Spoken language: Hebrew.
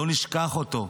לא נשכח אותו.